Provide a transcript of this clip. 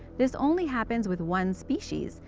this only happens with one species,